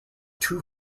two